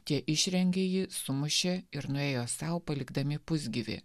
tie išrengė jį sumušė ir nuėjo sau palikdami pusgyvį